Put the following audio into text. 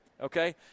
okay